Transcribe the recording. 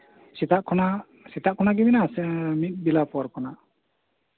ᱥᱮᱛᱟᱜ ᱠᱷᱚᱱᱟᱜ ᱜᱮ ᱵᱮᱱᱟᱜᱼᱟ ᱥᱮ ᱢᱤᱫ ᱵᱮᱞᱟ ᱯᱚᱨ ᱠᱷᱚᱱᱟᱜ